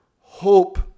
hope